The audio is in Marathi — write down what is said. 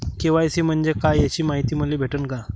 के.वाय.सी म्हंजे काय याची मायती मले भेटन का?